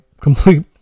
complete